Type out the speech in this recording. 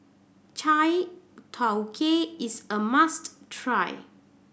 chai tow kway is a must try